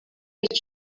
which